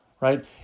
right